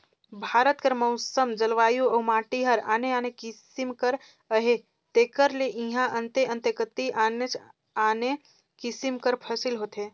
भारत कर मउसम, जलवायु अउ माटी हर आने आने किसिम कर अहे तेकर ले इहां अन्ते अन्ते कती आनेच आने किसिम कर फसिल होथे